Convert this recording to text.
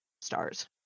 stars